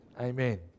Amen